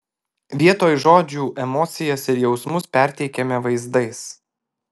vietoj žodžių emocijas ir jausmus perteikiame vaizdais